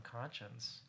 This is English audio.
conscience